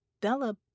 Bella